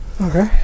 okay